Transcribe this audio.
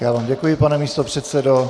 Já vám děkuji, pane místopředsedo.